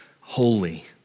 holy